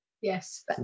Yes